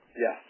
Yes